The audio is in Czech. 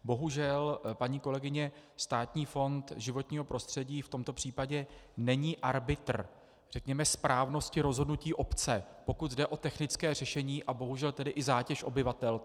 Bohužel, paní kolegyně, Státní fond životního prostředí v tomto případě není arbitr správnosti rozhodnutí obce, pokud jde o technické řešení, a bohužel tedy i zátěž obyvatel.